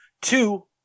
two